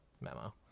memo